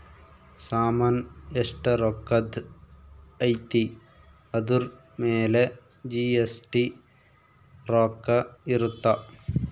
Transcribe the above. ಸಾಮನ್ ಎಸ್ಟ ರೊಕ್ಕಧ್ ಅಯ್ತಿ ಅದುರ್ ಮೇಲೆ ಜಿ.ಎಸ್.ಟಿ ರೊಕ್ಕ ಇರುತ್ತ